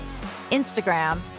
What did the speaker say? Instagram